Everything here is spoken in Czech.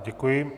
Děkuji.